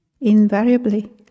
invariably